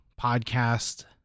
podcast